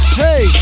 hey